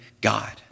god